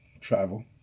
Travel